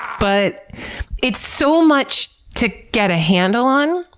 but it's so much to get a handle on.